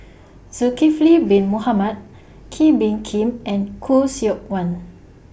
Zulkifli Bin Mohamed Kee Bee Khim and Khoo Seok Wan